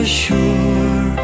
sure